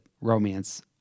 romance